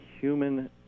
human